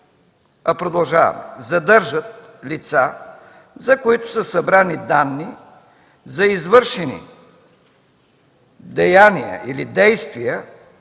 а продължаваме „задържат лица, за които са събрани данни за извършени деяния или действия,